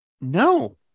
no